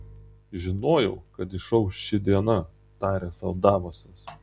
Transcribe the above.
žinojau kad išauš ši diena tarė sau davosas